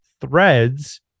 threads